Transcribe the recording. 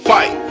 Fight